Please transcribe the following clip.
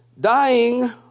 Dying